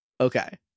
Okay